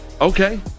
okay